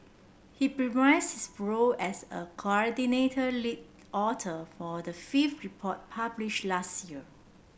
he reprised his role as a coordinated lead author for the fifth report publish last year